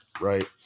right